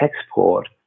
export